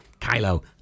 Kylo